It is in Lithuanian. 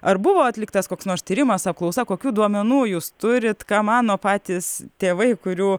ar buvo atliktas koks nors tyrimas apklausa kokių duomenų jūs turit ką mano patys tėvai kurių